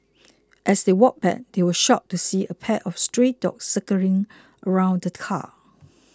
as they walked back they were shocked to see a pack of stray dogs circling around the car